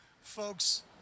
folks